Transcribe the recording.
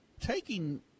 taking